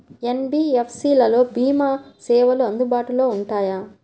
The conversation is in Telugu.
ఎన్.బీ.ఎఫ్.సి లలో భీమా సేవలు అందుబాటులో ఉంటాయా?